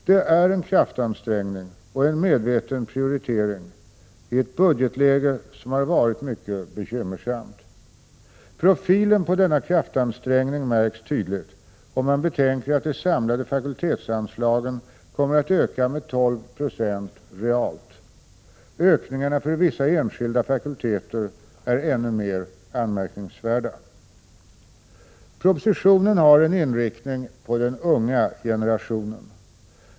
Det är en kraftansträngning och en medveten prioritering i ett budgetläge som har varit mycket bekymmersamt. Profilen på denna kraftansträngning märks tydligt om man betänker att de samlade fakultetsanslagen kommer att öka med 12 96 realt. Ökningen är för vissa enskilda fakulteter ännu mer anmärkningsvärd. Propositionen har en inriktning på den unga generationen.